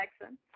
Jackson